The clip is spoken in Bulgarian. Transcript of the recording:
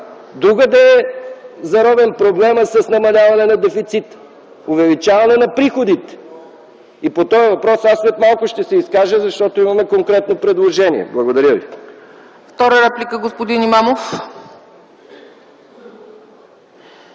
Другаде е заровен проблемът с намаляване на дефицита – увеличаване на приходите. По този въпрос аз ще се изкажа след малко, защото имаме конкретно предложение. Благодаря ви.